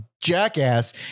jackass